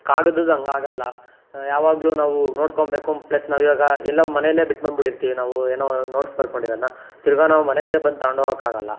ಕಾಗದದ್ ಹಂಗಾಗಲ್ಲ ಯಾವಾಗಲೂ ನಾವು ನೋಡ್ಕೊಂಬೇಕು ಪ್ಲಸ್ ನಾವಿವಾಗ ಎಲ್ಲೊ ಮನೆಯಲ್ಲೇ ಬಿಟ್ಟು ಬಂದುಬಿಟ್ಟಿರ್ತೀವಿ ನಾವು ಏನೋ ನೋಟ್ಸ್ ಬರ್ಕೊಂಡಿರೋದನ್ನ ತಿರ್ಗಾ ನಾವು ಮನೆಗೇ ಬಂದು ತಗೊಂಡೋಗಕ್ಕಾಗಲ್ಲ